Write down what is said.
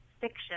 fiction